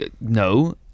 no